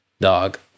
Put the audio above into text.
dog